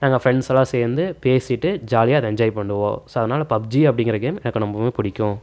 நாங்கள் ஃப்ரெண்ட்ஸெல்லாம் சேர்ந்து பேசிகிட்டு ஜாலியாக அதை என்ஜாய் பண்ணுவோம் ஸோ அதனால பப்ஜி அப்படிங்கிற கேம் எனக்கு ரொம்பவே பிடிக்கும்